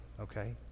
okay